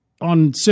on